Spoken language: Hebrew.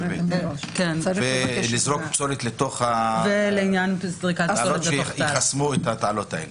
ולא לזרוק פסולת לתוך התעלות ולחסום אותן.